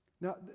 Now